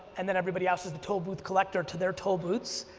and then everybody else is the tollbooth collector to their toll booths.